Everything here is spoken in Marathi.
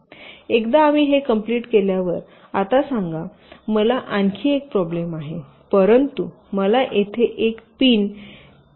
एकदा आम्ही हे कंप्लिट केल्यावर आता सांगा आता मला आणखी एक प्रॉब्लेम आहे परंतु मला येथे एक पिन येथे पिनशी जोडायचा आहे